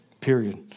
period